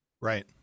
Right